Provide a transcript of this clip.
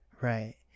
Right